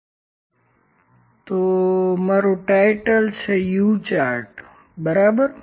તો આ U chart તરીકેનું મારું ચાર્ટ શીર્ષક છે બરાબર